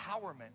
empowerment